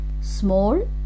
small